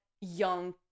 young